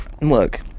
Look